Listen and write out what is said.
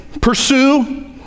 pursue